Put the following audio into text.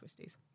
twisties